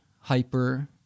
hyper